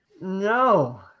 No